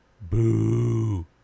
Boo